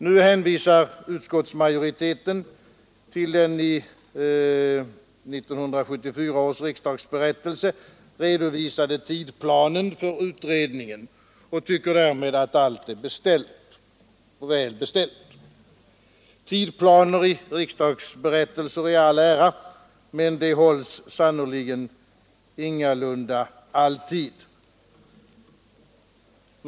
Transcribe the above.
Nu hänvisar utskottsmajoriteten till den i 1974 års riksdagsberättelse redovisade tidplanen för utredningen och tycker därmed att allt är väl beställt. Tidsplaner i riksdagsberättelser i all ära, men de hålls sannerligen ingalunda alltid.